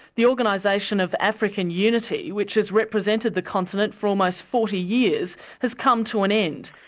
the organisation of african unity, which has represented the continent for almost forty years, has come to an end.